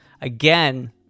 again